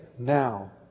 now